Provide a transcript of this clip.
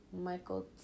michael